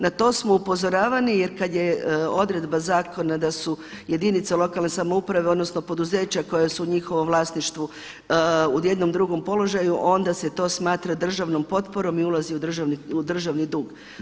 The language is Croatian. Na to smo upozoravani jer kada je odredba zakona da su jedinica lokalne samouprave odnosno poduzeća koja su u njihovom vlasništvu u jednom drugom položaju onda se to smatra državnom potporom i ulazi u državni dug.